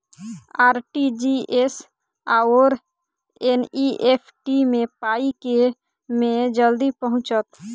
RTGS आओर NEFT मे पाई केँ मे जल्दी पहुँचत?